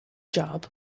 job